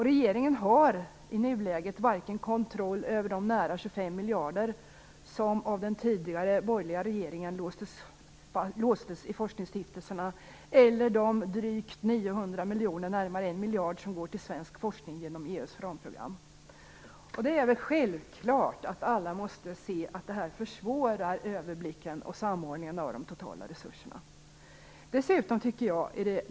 Regeringen har i nuläget varken kontroll över de nära 25 miljarder kronor, som av den borgerliga regeringen låstes i forskningsstiftelserna, eller över de närmare en miljard kronor som går till svensk forskning genom EU:s ramprogram. Självfallet måste alla se att detta försvårar överblicken och samordningen av de totala resurserna.